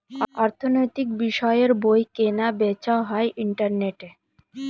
অর্থনৈতিক বিষয়ের বই কেনা বেচা হয় ইন্টারনেটে